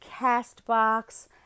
CastBox